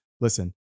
Listen